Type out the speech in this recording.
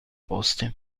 posti